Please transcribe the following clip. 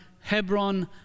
Hebron